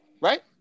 Right